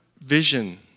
vision